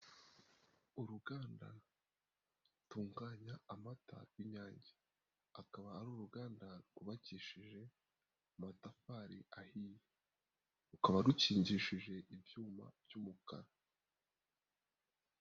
Uruganda rutunganya amata y'inyange, akaba ari uruganda rwubakishije amatafari ahiye, rukaba rukingishije ibyuma by'umukara.